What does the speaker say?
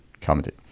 commented